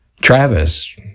travis